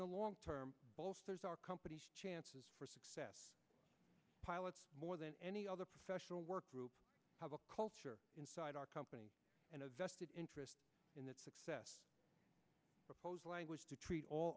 the long term our company's chances for success pilots more than any other professional work group have a culture inside our company and a vested interest in the success of language to treat all